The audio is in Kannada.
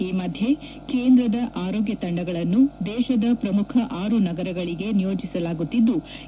ಈ ಮಧ್ಯೆ ಕೇಂದ್ರದ ಆರೋಗ್ಗ ತಂಡಗಳನ್ನು ದೇಶದ ಪ್ರಮುಖ ಆರು ನಗರಗಳಿಗೆ ನಿಯೋಜಿಸಲಾಗುತ್ತಿದ್ಲು